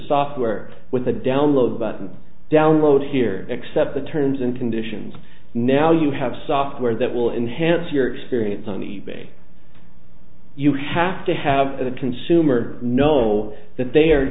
software with a download button download here except the terms and conditions now you have software that will enhance your experience on e bay you have to have the consumer know that they are